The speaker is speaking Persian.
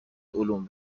علوم